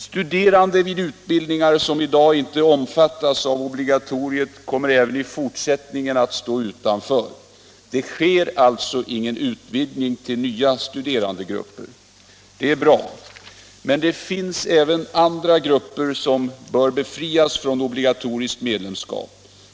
Studerande vid utbildningar som i dag inte omfattas av obligatoriet kommer även i fortsättningen att stå utanför. Det sker alltså ingen ut vidgning till nya studerandegrupper. Det är bra. Men det finns även andra grupper som bör befrias från obligatoriskt medlemskap.